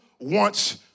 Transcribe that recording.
wants